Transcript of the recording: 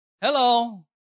Hello